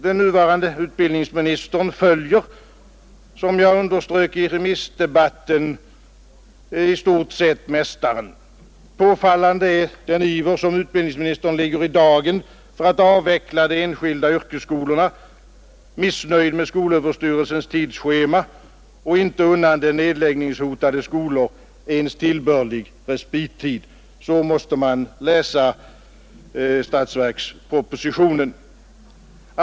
Den nuvarande utbildningsministern följer, som jag underströk i remissdebatten, i stort sett mästaren. Påfallande är den iver utbildningsministern lägger i dagen för att avveckla de enskilda yrkesskolorna, missnöjd med skolöverstyrelsens tidsschema och inte unnande nedläggningshotade skolor ens tillbörlig respittid. Så måste man läsa statsverkspropositionen.